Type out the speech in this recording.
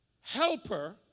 Helper